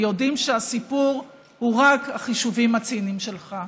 ויודעים שהסיפור הוא רק החישובים הציניים שלך.